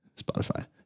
Spotify